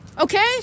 okay